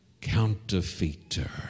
counterfeiter